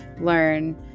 learn